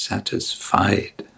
Satisfied